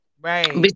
Right